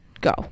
go